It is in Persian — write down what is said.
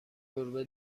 گربه